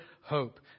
hope